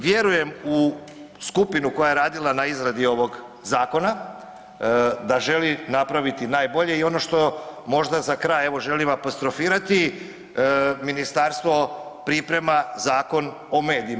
Vjerujem u skupinu koja je radila na izradi ovog zakona, da želi napraviti najbolje i ono što možda za kraj evo želim apostrofirati ministarstvo priprema Zakon o medijima.